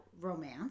romance